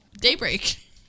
Daybreak